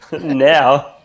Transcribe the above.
Now